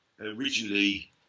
originally